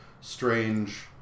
Strange